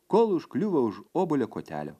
kol užkliūva už obuolio kotelio